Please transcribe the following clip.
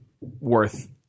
worth